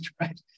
right